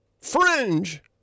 fringe